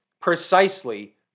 precisely